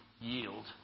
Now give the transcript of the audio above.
yield